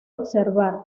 observar